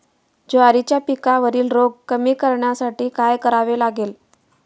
ज्वारीच्या पिकावरील रोग कमी करण्यासाठी काय करावे लागेल?